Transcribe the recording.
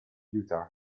utah